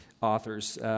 authors